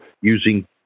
using